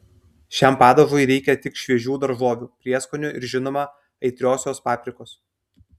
šiam padažui reikia tik šviežių daržovių prieskonių ir žinoma aitriosios paprikos